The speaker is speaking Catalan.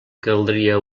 caldria